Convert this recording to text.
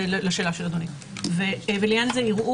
זה לשאלה של אדוני "ולעניין זה יראו